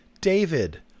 David